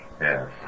Yes